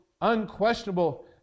unquestionable